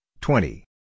twenty